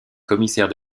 commissaire